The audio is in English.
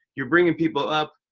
you're bringing people up.